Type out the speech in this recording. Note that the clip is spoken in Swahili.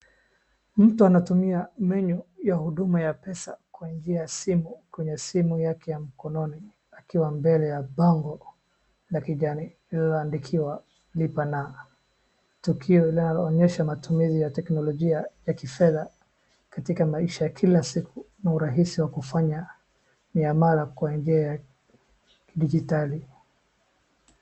Mtu anatumia menu ya huduma ya pesa kwa njia ya simu kwenye simu yake ya mkononi, akiwa mbele ya bango la kijani lililoandikwa Lipa Na. Tukio linaloonyesha matumizi ya teknolojia ya kifedha katika maisha ya kila siku na urahisi wa kufanya miamala kwa njia ya kidijitali.